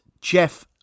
Jeff